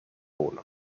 uno